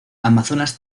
amazonas